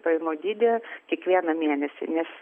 pajamų dydį kiekvieną mėnesį nes